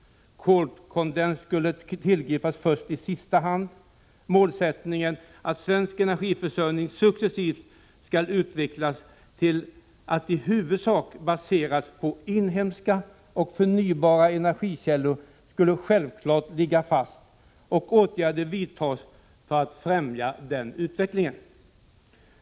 Kolkondens skulle tillgripas först i sista hand. Målet att svensk energförsörjning successivt skall utvecklas till att i huvudsak baseras på inhemska och förnybara energikällor skulle självklart ligga fast och åtgärder vidtas för att främja den utvecklingen.